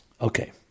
Okay